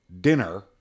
dinner